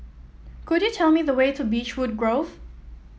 could you tell me the way to Beechwood Grove